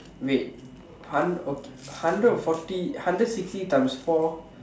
wait hun~ okay hundred forty hundred sixty times four